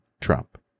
Trump